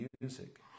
music